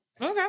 Okay